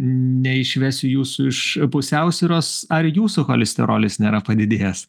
neišvesiu jūsų iš pusiausvyros ar jūsų cholesterolis nėra padidėjęs